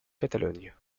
catalogne